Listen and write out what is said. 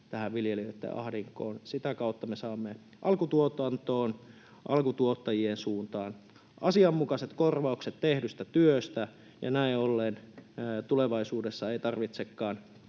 mukaan viljelijöitten ahdinkoon. Sitä kautta me saamme alkutuotantoon, alkutuottajien suuntaan asianmukaiset korvaukset tehdystä työstä, ja näin ollen tulevaisuudessa ei tarvitsekaan